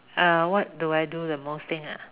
err what do I do the most thing ah